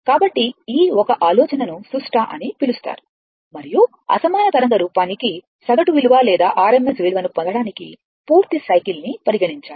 కాబట్టి ఈ ఒక ఆలోచనను సుష్ట అని పిలుస్తారు మరియు అసమాన తరంగ రూపానికి సగటు విలువ లేదా RMS విలువను పొందడానికి పూర్తి సైకిల్ ని పరిగణించాలి